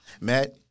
Matt